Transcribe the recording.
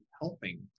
helping